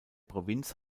provinz